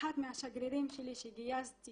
אחת מהשגרירים שגייסתי